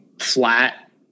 flat